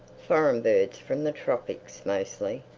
foreign birds from the tropics mostly,